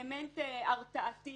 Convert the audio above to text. אלמנט הרתעתי,